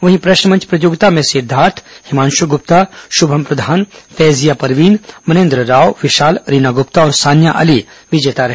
वहीं प्रश्न मंच प्रतियोगिता में सिद्दार्थ हिमांशु गुप्ता शुभम प्रधान फैजिया परवीन मनेन्द्र राव विशाल रीना गुप्ता और सान्या अली विजेता रहे